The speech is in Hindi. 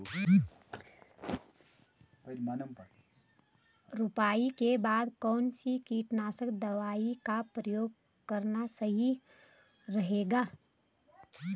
रुपाई के बाद कौन सी कीटनाशक दवाई का प्रयोग करना सही रहेगा?